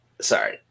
Sorry